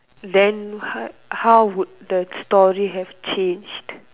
then how would the story have changed